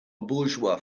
bourgeois